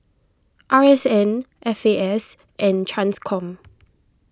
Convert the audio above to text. R S N F A S and Transcom